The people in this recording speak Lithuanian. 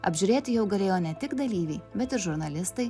apžiūrėti jau galėjo ne tik dalyviai bet ir žurnalistai